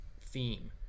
theme